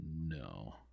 No